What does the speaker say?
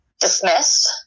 dismissed